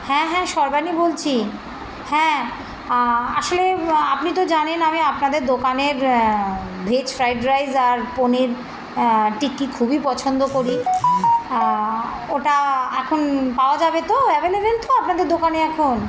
হ্যাঁ হ্যাঁ সর্বাণী বলছি হ্যাঁ আসলে আপনি তো জানেন আমি আপনাদের দোকানের ভেজ ফ্রায়েড রাইস আর পনির টিক্কি খুবই পছন্দ করি ওটা এখন পাওয়া যাবে তো অ্যাভেলেবল তো আপনাদের দোকানে এখন